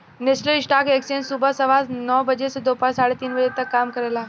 national stock exchange सुबह सवा नौ बजे से दोपहर साढ़े तीन बजे तक काम करेला